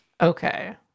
Okay